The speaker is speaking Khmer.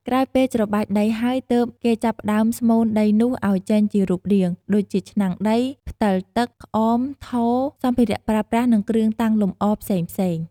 ក្រោយពេលច្របាច់ដីហើយទើបគេចាប់ផ្តើមស្មូនដីនោះឲ្យចេញជារូបរាង ដូចជាឆ្នាំងដី ផ្តិលទឹក ក្អម ថូរ សម្ភារៈប្រើប្រាស់និងគ្រឿងតាំងលម្អរផ្សេងៗ។